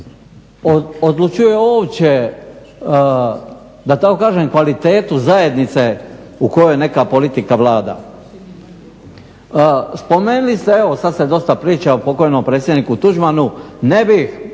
odlučuje uopće da tako kažem kvalitetu zajednice u kojoj neka politika vlada. Spomenuli ste evo sad se dosta priča o pokojnom predsjedniku Tuđmanu, ne bih